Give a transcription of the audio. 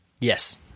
Yes